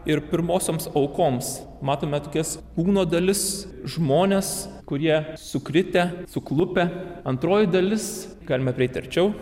ir pirmosioms aukoms matome tokias kūno dalis žmones kurie sukritę suklupę antroji dalis galime prieiti arčiau